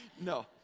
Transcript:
No